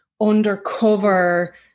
undercover